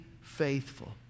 faithful